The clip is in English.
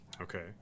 Okay